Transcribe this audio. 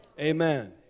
Amen